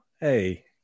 Hey